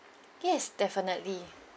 yes definitely